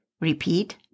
Repeat